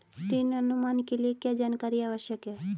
ऋण अनुमान के लिए क्या जानकारी आवश्यक है?